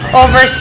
over